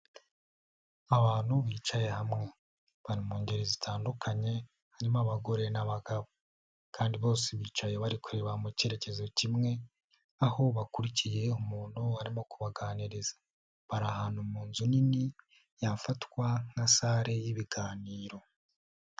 Abantu bicaye hamwe. Bari mu ngeri zitandukanye, harimo abagore n'abagabo. Kandi bose bicaye bari kureba mu cyerekezo kimwe, aho bakurikiye umuntu arimo kubaganiriza. Bari ahantu mu nzu nini yafatwa nka sare y'ibiganiro.